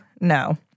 No